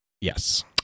Yes